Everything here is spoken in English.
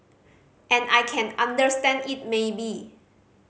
and I can understand it maybe